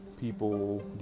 people